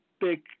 big